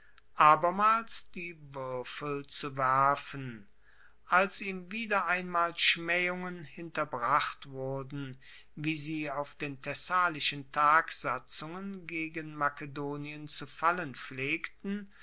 abermals die wuerfel zu werfen als ihm wieder einmal schmaehungen hinterbracht wurden wie sie auf den thessalischen tagsatzungen gegen makedonien zu fallen pflegten